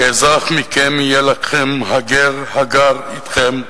כאזרח מכם יהיה לכם הגר הגר אתכם,